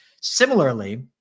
similarly